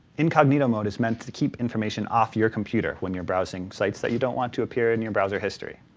incognito mode is meant to keep information off your computer when you're browsing sites that you don't want to appear in your browser history.